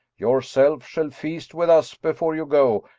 yourself shall feast with us before you go,